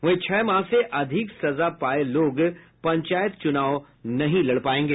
वहीं छह माह से अधिक सजा पाये लोग पंचायत चुनाव नहीं लड़ पायेंगे